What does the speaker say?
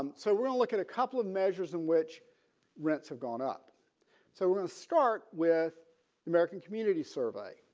um so we'll look at a couple of measures in which rents have gone up so we'll start with the american community survey.